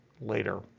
later